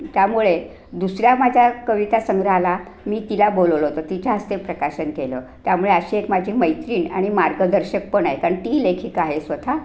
त्यामुळे दुसऱ्या माझ्या कविता संग्रहाला मी तिला बोलवलं होतं तिच्या हस्ते प्रकाशन केलं त्यामुळे अशी एक माझी मैत्रीण आणि मार्गदर्शक पण आहे कारण ती लेखिक आहे स्वतः